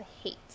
hate